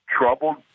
troubled